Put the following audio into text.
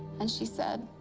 and she said,